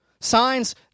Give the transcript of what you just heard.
Signs